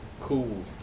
Cool